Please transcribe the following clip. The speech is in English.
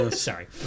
Sorry